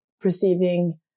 perceiving